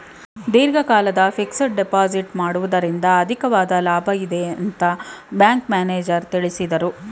ದೀರ್ಘಕಾಲದ fixed deposit ಮಾಡುವುದರಿಂದ ಅಧಿಕವಾದ ಲಾಭ ಇದೆ ಅಂತ ಬ್ಯಾಂಕ್ ಮ್ಯಾನೇಜರ್ ತಿಳಿಸಿದರು